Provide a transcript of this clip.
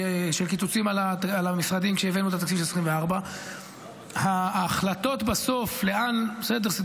של קיצוצים על המשרדים כשהבאנו את התקציב של 2024. תרבות וספורט ביחד.